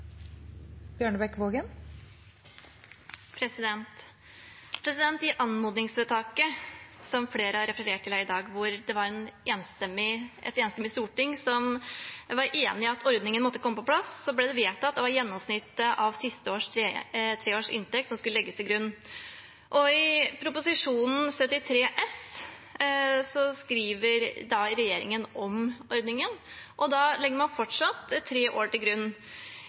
I anmodningsvedtaket som flere har referert til her i dag, hvor et enstemmig storting var enig om at ordningen måtte komme på plass, ble det vedtatt at gjennomsnittet av de tre siste årenes inntekt skulle legges til grunn. I Prop. 73 S for 2019–2020 skriver regjeringen om ordningen, og da legger man fortsatt tre år til grunn.